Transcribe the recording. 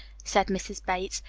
said mrs. bates.